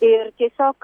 ir tiesiog